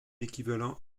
équivalent